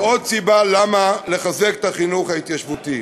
הם עוד סיבה לחיזוק החינוך ההתיישבותי.